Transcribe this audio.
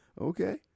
Okay